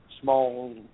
small